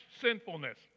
sinfulness